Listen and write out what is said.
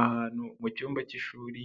Ahantu mu cyumba cy'ishuri